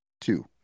two